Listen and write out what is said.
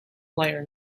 liner